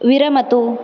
विरमतु